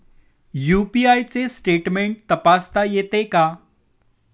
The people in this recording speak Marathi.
यु.पी.आय चे स्टेटमेंट तपासता येते का?